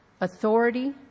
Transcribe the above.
authority